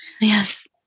Yes